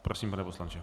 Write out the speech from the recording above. Prosím, pane poslanče.